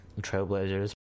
Trailblazers